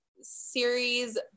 series